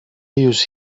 use